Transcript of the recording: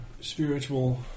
spiritual